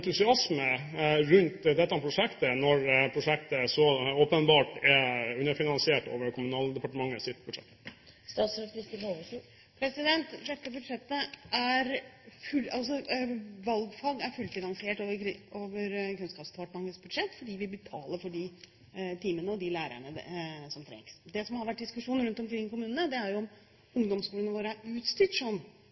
rundt dette prosjektet når prosjektet så åpenbart er underfinansiert over Kommunaldepartementets budsjett. Valgfag er fullfinansiert over Kunnskapsdepartementets budsjett fordi vi betaler for de timene og de lærerne som trengs. Det som har vært diskusjonen rundt omkring i kommunene, er om ungdomsskolene våre er